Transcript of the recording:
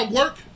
work